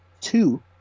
two